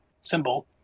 symbol